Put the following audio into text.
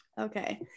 Okay